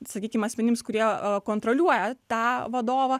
sakykim asmenims kurie kontroliuoja tą vadovą